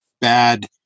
bad